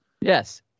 Yes